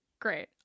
Great